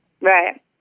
Right